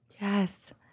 Yes